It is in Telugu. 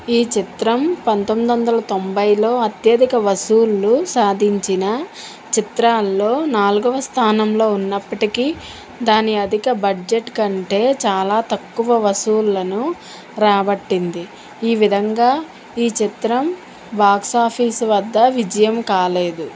ఈ చిత్రం పంతొమ్మిదొందల తొంభైలో అత్యధిక వసూళ్ళు సాధించిన చిత్రాల్లో నాల్గవ స్థానంలో ఉన్నప్పటికీ దాని అధిక బడ్జెట్ కంటే చాలా తక్కువ వసూళ్ళను రాబట్టింది ఈ విధంగా ఈ చిత్రం బాక్స్ ఆఫీస్ వద్ద విజయం కాలేదు